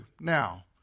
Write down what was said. Now